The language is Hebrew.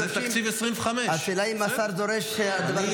זה תקציב 2025. השאלה אם השר דורש שהתוכנית